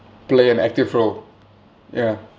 play an active role ya